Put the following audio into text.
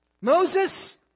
Moses